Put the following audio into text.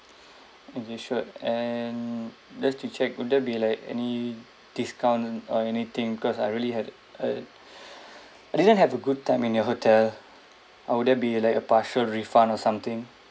okay sure and just to check would there be like any discount or anything because I really had uh I didn't have a good time in your hotel uh would there be like a partial refund or something